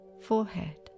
forehead